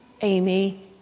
Amy